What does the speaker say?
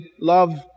love